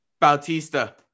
Bautista